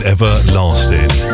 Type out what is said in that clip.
Everlasting